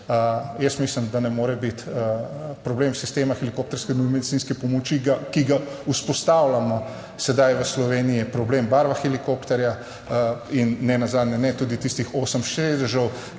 jaz mislim, da ne more biti problem sistema helikopterske nujne medicinske pomoči, ki ga vzpostavljamo sedaj v Sloveniji, problem barva helikopterja. In nenazadnje ne tudi tistih osem sedežev,